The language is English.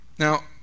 Now